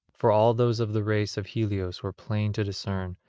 for all those of the race of helios were plain to discern,